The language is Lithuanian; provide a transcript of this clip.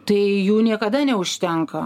tai jų niekada neužtenka